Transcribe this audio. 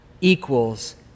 equals